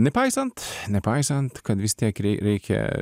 nepaisant nepaisant kad vis tiek rei reikia